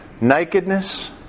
nakedness